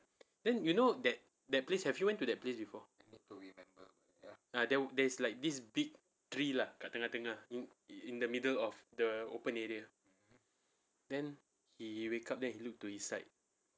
then you know that that place have you went to that place before there's like this big tree lah kat tengah-tengah in the middle of the open area then he wake up then he looked to his side